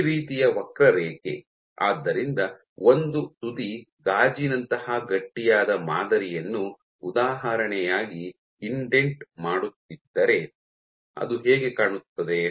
ಈ ರೀತಿಯ ವಕ್ರರೇಖೆ ಆದ್ದರಿಂದ ಒಂದು ತುದಿ ಗಾಜಿನಂತಹ ಗಟ್ಟಿಯಾದ ಮಾದರಿಯನ್ನು ಉದಾಹರಣೆಯಾಗಿ ಇಂಡೆಂಟ್ ಮಾಡುತ್ತಿದ್ದರೆ ಅದು ಹೇಗೆ ಕಾಣುತ್ತದೆ